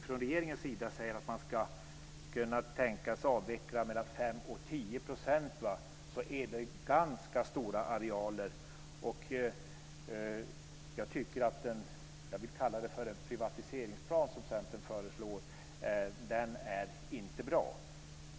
Från regeringens sida säger man ju att man kan tänka sig att avveckla mellan 5 och 10 %, och det är ganska stora arealer. Jag vill kalla det som Centern föreslår för en privatiseringsplan. Den är inte bra.